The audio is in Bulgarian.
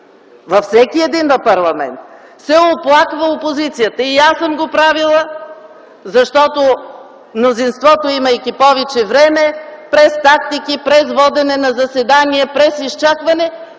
Във всеки един парламент се оплаква опозицията – и аз съм го правила, защото мнозинството, имайки повече време през тактики, по време на водене на заседанието, през изчакване,